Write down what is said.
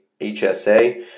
HSA